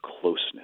closeness